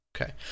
Okay